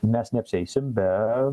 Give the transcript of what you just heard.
mes neapsieisim be